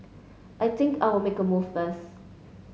I think I will make a move first